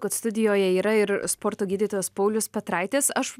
kad studijoje yra ir sporto gydytojas paulius petraitis aš